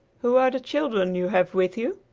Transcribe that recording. who are the children you have with you?